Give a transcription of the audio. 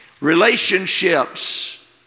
Relationships